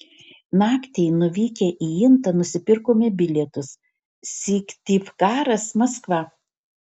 naktį nuvykę į intą nusipirkome bilietus syktyvkaras maskva